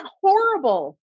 horrible